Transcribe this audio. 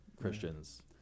Christians